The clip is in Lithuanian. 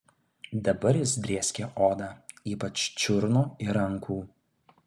dabar jis drėskė odą ypač čiurnų ir rankų